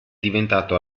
diventato